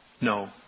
no